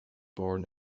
born